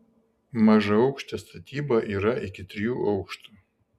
mažaaukštė statyba yra iki trijų aukštų